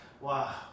wow